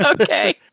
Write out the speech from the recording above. Okay